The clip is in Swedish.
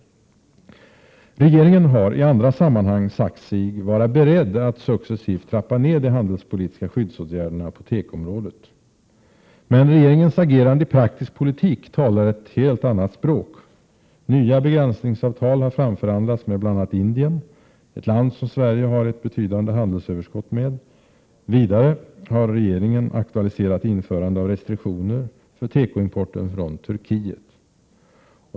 Regeringen har i andra sammanhang sagt sig vara beredd att successivt trappa ned de handelspolitiska skyddsåtgärderna på tekoområdet. Regeringens agerande i praktisk politik talar dock ett helt annat språk. Nya begränsningsavtal har framförhandlats med bl.a. Indien — ett land gentemot vilket Sverige har ett betydande handelsöverskott. Vidare har regeringen aktualiserat införandet av restriktioner för tekoimporten från Turkiet.